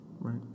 right